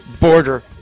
border